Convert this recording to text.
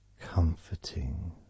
comforting